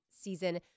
season